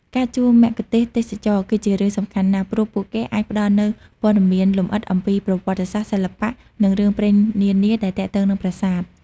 ការជួលមគ្គុទ្ទេសក៍ទេសចរណ៍ គឺជារឿងសំខាន់ណាស់ ព្រោះពួកគេអាចផ្តល់នូវព័ត៌មានលម្អិតអំពីប្រវត្តិសាស្ត្រ សិល្បៈ និងរឿងព្រេងនានាដែលទាក់ទងនឹងប្រាសាទ។